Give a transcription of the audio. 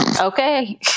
okay